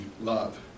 love